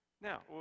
Now